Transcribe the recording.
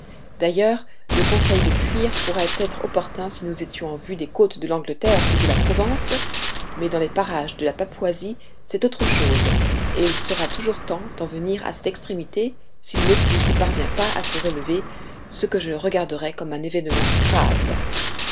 d'ailleurs le conseil de fuir pourrait être opportun si nous étions en vue des côtes de l'angleterre ou de la provence mais dans les parages de la papouasie c'est autre chose et il sera toujours temps d'en venir à cette extrémité si le nautilus ne parvient pas à se relever ce que je regarderais comme un événement grave